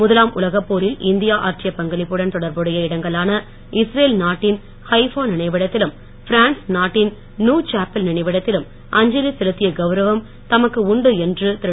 முதலாம் உலகப் போரில் இந்தியா ஆற்றிய பங்களிப்புடன் தொடர்புடைய இடங்களான இஸ்ரேல் நாட்டின் ஹைஃபா நினைவிடத்திலும் பிரான்ஸ் நாட்டின் நாவ் சாப்பெல் நினைவிடத்திலும் அஞ்சலி செலுத்திய கவுரவம் தமக்கு உண்டு என்று திரு